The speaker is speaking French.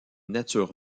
nature